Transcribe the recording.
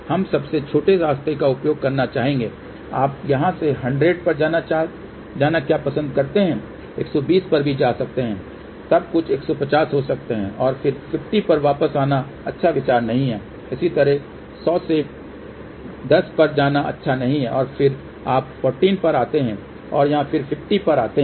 हम सबसे छोटे रास्ते का उपयोग करना चाहेंगे आप यहाँ से 100 पर जाना क्या पसंद करते हैं 120 पर भी जा सकते है तब कुछ 150 हो सकते हैं और फिर 50 पर वापस आना अच्छा विचार नहीं है इसी तरह 100 से 10 पर जाना अच्छा नहीं है और फिर आप 14 पर आते हैं या फिर 50 पर आते हैं